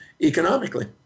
economically